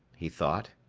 he thought,